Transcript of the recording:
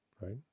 right